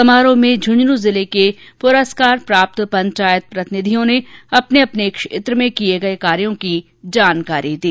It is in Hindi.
समारोह में झुंझुनू जिले के पुरस्कार प्राप्त पंचायत प्रतिनिधियों ने अपने अपने क्षेत्र में किये गये कार्यों की जानकारी दी